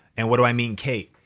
and what do i mean, kate?